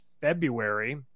february